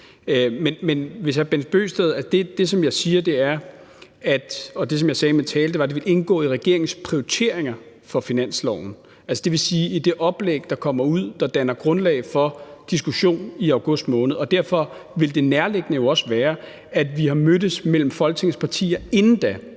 og det, som jeg sagde i min tale, er, at det vil indgå i regeringens prioriteringer for finansloven, altså dvs. i det oplæg, der kommer ud, og som danner grundlag for diskussion i august måned. Derfor ville det nærliggende jo også være, at vi har mødtes Folketingets partier imellem